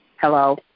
Hello